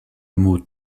mot